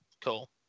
Cool